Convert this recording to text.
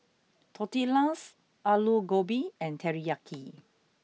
Tortillas Alu Gobi and Teriyaki